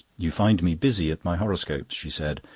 you find me busy at my horoscopes, she said,